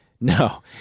No